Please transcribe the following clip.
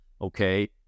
okay